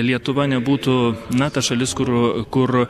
lietuva nebūtų na ta šalis kur kur